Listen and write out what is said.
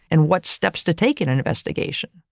and what steps to take in an investigation,